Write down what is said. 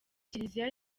kiliziya